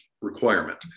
requirement